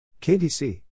KDC